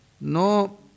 No